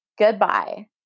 goodbye